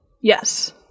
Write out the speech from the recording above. yes